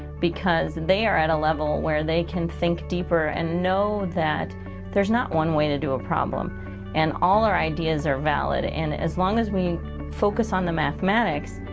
because and they are at a level where they can think deeper and know there's not one way to do a problem and all our ideas are valid. and as long as we focus on the mathematic,